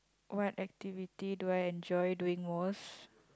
what activity do I enjoy doing most